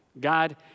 God